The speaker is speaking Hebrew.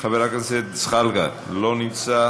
חבר הכנסת זחאלקה, אינו נוכח.